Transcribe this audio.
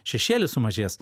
šešėlis sumažės